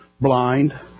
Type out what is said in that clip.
blind